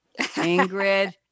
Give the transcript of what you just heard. Ingrid